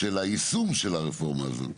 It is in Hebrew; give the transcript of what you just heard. של היישום של הרפורמה הזאת.